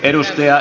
kehyksistä